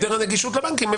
והיעדר הנגישות לבנקים,